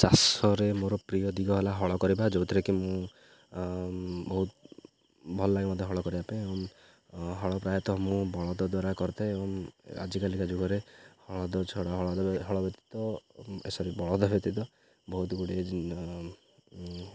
ଚାଷରେ ମୋର ପ୍ରିୟ ଦିଗ ହେଲା ହଳ କରିବା ଯୋଉଥିରେକି ମୁଁ ବହୁତ ଭଲ ଲାଗେ ମଧ୍ୟ ହଳ କରିବା ପାଇଁ ଏବଂ ହଳ ପ୍ରାୟତଃ ମୁଁ ବଳଦ ଦ୍ୱାରା କରିଥାଏ ଏବଂ ଆଜିକାଲିକା ଯୁଗରେ ହଳ ବ୍ୟତୀତ ଏ ସରି ବଳଦ ବ୍ୟତୀତ ବହୁତଗୁଡ଼ିଏ